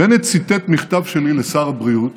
בנט ציטט מכתב שלי לשר הבריאות.